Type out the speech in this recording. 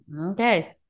okay